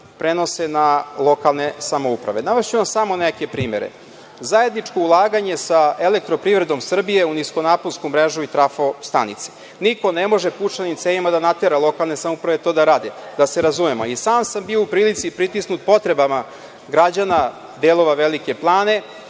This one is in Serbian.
prenose na lokalne samouprave. Navešću vam samo neke primere. Zajedno ulaganje sa EPS u niskonaponsku mrežu i trafo stanice. Niko ne može puščanim cevima da natera lokalne samouprave to da rade. Da se razumemo, i sam sam bio u prilici, pritisnut potrebama građana delova Velike Plane